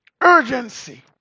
Urgency